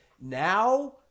now